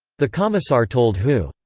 the commissar told hou,